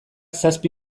zazpi